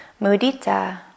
mudita